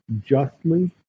justly